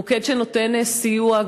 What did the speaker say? מוקד שנותן סיוע,